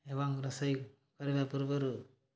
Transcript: ଏବଂ ରୋଷେଇ କରିବା ପୂର୍ବରୁ